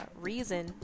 reason